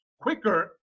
quicker